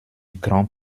grand